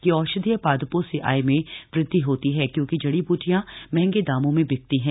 कि औषधीय पादपों से आय में वृद्धि होती हथ क्योंकि जड़ीब्रटियां महंगे दामों में बिकती हैं